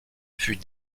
fut